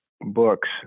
books